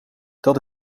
dat